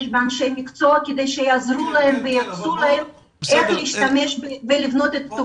באנשי מקצוע כדי שיעזרו להם וייעצו להם איך לבנות את התוכניות.